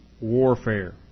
warfare